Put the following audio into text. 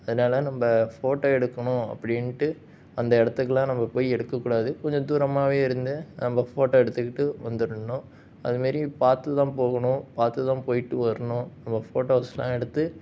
அதனால நம்ப ஃபோட்டோ எடுக்கணும் அப்படின்ட்டு அந்த இடத்துக்குலாம் நம்ம போய் எடுக்க கூடாது கொஞ்சம் தூரமாகவே இருந்து நம்ப ஃபோட்டோ எடுத்துக்கிட்டு வந்துருணும் அது மாதிரி பார்த்துதான் போகணும் பார்த்துதான் போயிவிட்டு வரணும் நம்ம ஃபோட்டோஸ் எல்லாம் எடுத்து